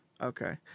Okay